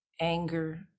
anger